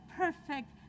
perfect